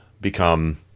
become